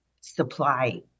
supply